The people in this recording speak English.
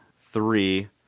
three